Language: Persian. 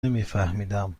نمیفهمیدم